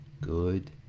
Good